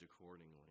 accordingly